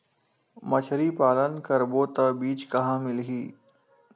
मछरी पालन करबो त बीज कहां मिलही?